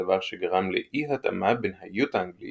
דבר שגרם לאי־התאמה בין האיות האנגלי